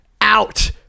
out